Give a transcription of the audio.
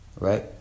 right